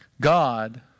God